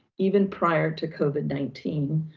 even prior to covid nineteen.